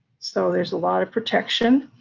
so there's a lot of protection